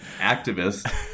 activist